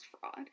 fraud